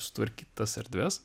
sutvarkyt tas erdves